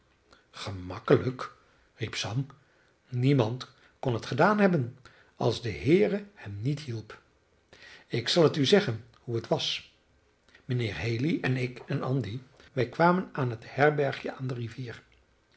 gemakkelijk riep sam niemand kon het gedaan hebben als de heere hem niet hielp ik zal het u zeggen hoe het was mijnheer haley en ik en andy wij kwamen aan het herbergje aan de rivier